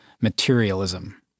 materialism